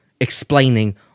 explaining